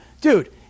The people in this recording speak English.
dude